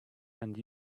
and